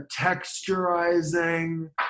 texturizing